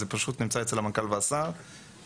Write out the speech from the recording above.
זה פשוט נמצא אצל המנכ"ל והשר ואנחנו